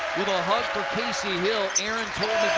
with a hug for casey hill. aaron told